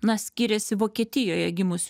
na skiriasi vokietijoje gimusių